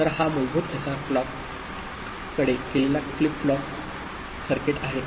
तर हा मूलभूत एसआर क्लॉकड केलेला फ्लिप फ्लॉप सर्किट आहे